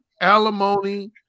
alimony